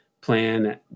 plan